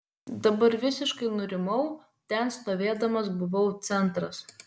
dabar visiškai nurimau ten stovėdamas buvau centras